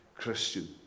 Christian